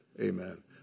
Amen